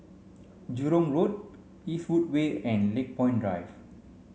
Jurong Road Eastwood Way and Lakepoint Drive